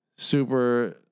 Super